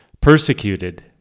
persecuted